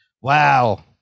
Wow